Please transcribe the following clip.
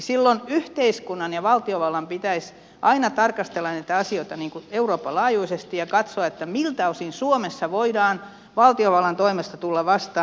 silloin yhteiskunnan ja valtiovallan pitäisi aina tarkastella näitä asioita euroopan laajuisesti ja katsoa miltä osin suomessa voidaan valtiovallan toimesta tulla vastaan